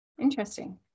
Interesting